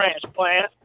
transplant